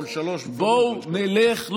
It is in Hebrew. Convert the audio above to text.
בואו נלך,